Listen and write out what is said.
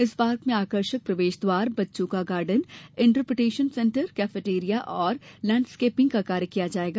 इस पार्क में आकर्षक प्रवेश द्वार बच्चों का गार्डन इंटरप्रिटेशन सेन्टर कैफेटेरिया एवं लेंड स्केपिंग का कार्य किया जायेगा